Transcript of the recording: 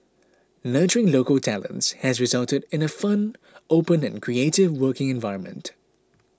nurturing local talents has resulted in a fun open and creative working environment